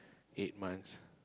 eight months